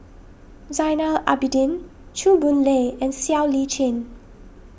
Zainal Abidin Chew Boon Lay and Siow Lee Chin